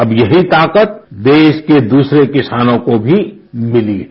अब यही ताकत देरा के दूसरे किसानों को भी मिली है